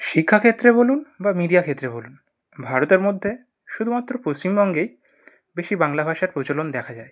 শিক্ষা ক্ষেত্রে বলুন বা মিডিয়া ক্ষেত্রে বলুন ভারতের মধ্যে শুধুমাত্র পশ্চিমবঙ্গেই বেশি বাংলা ভাষার প্রচলন দেখা যায়